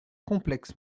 complexe